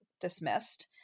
dismissed